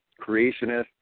creationists